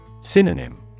Synonym